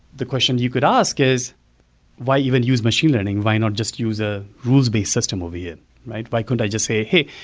the question you could ask is why even use machine learning? why not just use a rules-based system over here? why couldn't i just say, hey,